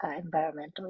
environmental